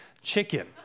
chicken